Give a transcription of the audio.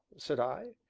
said i.